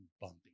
bumpy